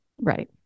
Right